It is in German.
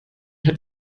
hat